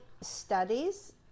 studies